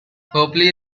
hopefully